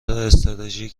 استراتژی